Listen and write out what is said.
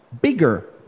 bigger